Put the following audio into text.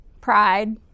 pride